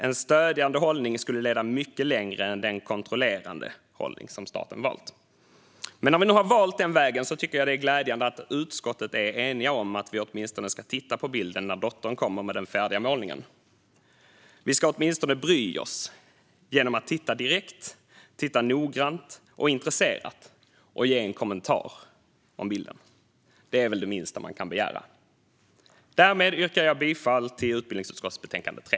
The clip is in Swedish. En stödjande hållning skulle leda mycket längre än den kontrollerande hållning som staten har valt. Men när vi nu har valt den vägen tycker jag att det är glädjande att utskottet är enigt om att vi åtminstone ska titta på bilden när dottern kommer med den färdiga målningen. Vi ska åtminstone bry oss genom att titta direkt, noggrant och intresserat och ge en kommentar om bilden. Det är väl det minsta man kan begära. Därmed yrkar jag bifall till förslaget i utbildningsutskottets betänkande 3.